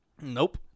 Nope